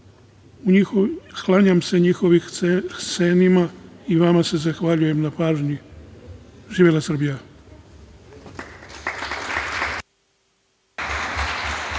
Klanjam se njihovim senima. Vama se zahvaljujem na pažnji. Živela Srbija.